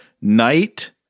night